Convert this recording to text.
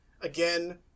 Again